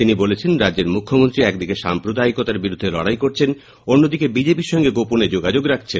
তিনি বলেছেন রাজ্যের মুখ্যমন্ত্রী একদিকে সম্প্রদায়িকতার বিরুদ্ধে লড়াই করছেন অন্যদিকে বিজেপি র সঙ্গে গোপনে যোগাযোগ রাখছেন